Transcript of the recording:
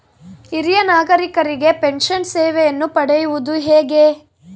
ಹಿರಿಯ ನಾಗರಿಕರಿಗೆ ಪೆನ್ಷನ್ ಸೇವೆಯನ್ನು ಪಡೆಯುವುದು ಹೇಗೆ?